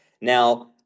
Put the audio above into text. Now